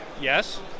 yes